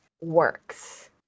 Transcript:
works